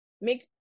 make